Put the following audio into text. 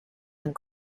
and